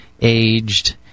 aged